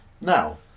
Now